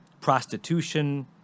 prostitution